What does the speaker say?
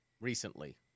recently